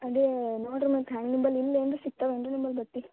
ಅದೇ ನೋಡಿರಿ ಮತ್ತೆ ಹ್ಯಾಂಗೆ ನಿಮ್ಮಲ್ಲಿ ಇಲ್ಲಾ ಏನು ರೀ ಸಿಕ್ತಾವಾ ಏನು ರೀ ನಿಮ್ಮಲ್ಲಿ ಬಟ್ಟೆ